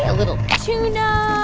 ah little tuna,